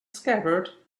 scabbard